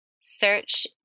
Search